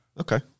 Okay